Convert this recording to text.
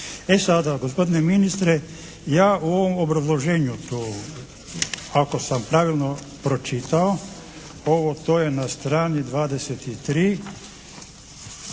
E sada, gospodine ministre ja u ovom obrazloženju tu ako sam pravilno pročitao ovo to je na strani 23